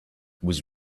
was